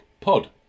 Pod